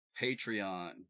Patreon